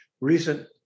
Recent